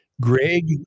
Greg